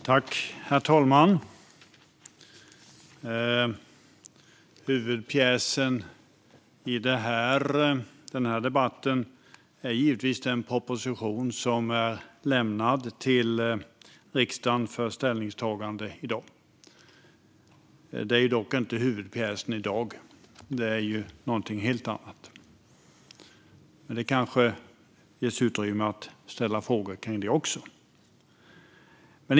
Herr talman! Huvudpjäsen i denna debatt är givetvis den proposition som är lämnad till riksdagen för ställningstagande i dag. Huvudpjäsen i dag är ju dock någonting helt annat; det kanske ges utrymme att ställa frågor om detta också.